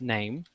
Name